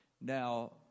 Now